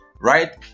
right